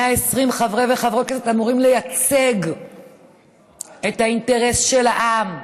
120 חברי וחברות כנסת אמורים לייצג את האינטרס של העם,